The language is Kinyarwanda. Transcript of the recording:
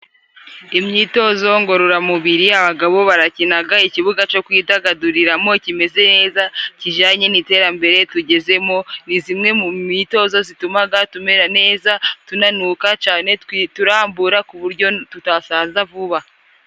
Imyitozo ngororamubiri, abagabo barakinaga ikibuga cyo kwidagaduriramo kimeze neza, kijanye n'iterambere tugezemo, ni zimwe mu myitozo zitumaga tumera neza, tunanuka cane, turambura ku buryo tutasaza vuba.